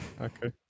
Okay